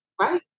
Right